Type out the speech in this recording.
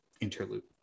interlude